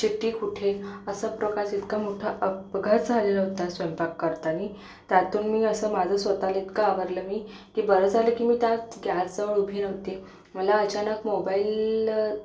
शिटी फुटली असा प्रकाश इतका मोठा अपघात झालेला होता स्वयंपाक करताना त्यातून मी असं माझं स्वत ला इतकं आवरलं मी की बरं झालं की मी त्यात गॅस जवळ उभी नव्हते मला अचानक मोबाइल